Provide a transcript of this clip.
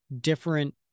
different